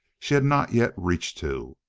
she had not yet reached to.